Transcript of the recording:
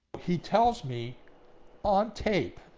he tells me on tape